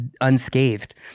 unscathed